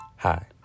Hi